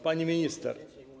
Pani Minister!